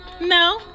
No